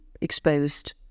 exposed